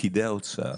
פקידי האוצר